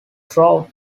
throughout